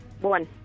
One